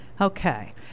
Okay